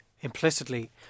implicitly